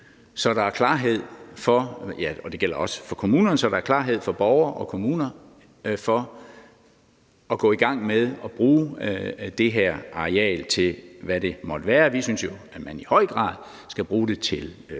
den her arealreservation, at man simpelt hen bør ophæve den, så der er klarhed for borgere og kommuner til at gå i gang med at bruge det her areal til, hvad det måtte være. Vi synes, at man i høj grad skal bruge det til rekreative